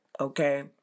okay